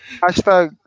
Hashtag